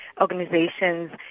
organizations